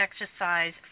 Exercise